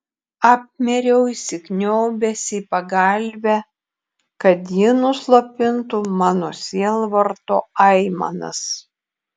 apmiriau įsikniaubęs į pagalvę kad ji nuslopintų mano sielvarto aimanas